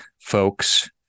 folks